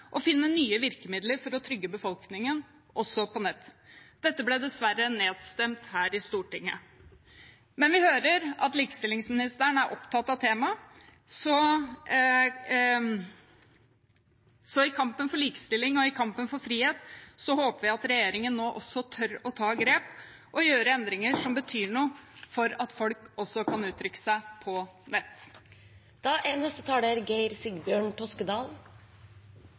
finne nye virkemidler for å trygge befolkningen også på nett. Dette ble dessverre nedstemt her i Stortinget. Men vi hører at likestillingsministeren er opptatt av temaet. Så i kampen for likestilling og i kampen for frihet håper jeg at regjeringen nå også tør å ta grep og gjøre endringer som betyr noe for at folk også kan uttrykke seg på nett. Det er